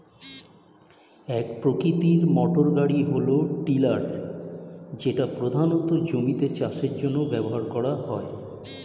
এক প্রকৃতির মোটরগাড়ি হল টিলার যেটা প্রধানত জমিতে চাষের জন্য ব্যবহার করা হয়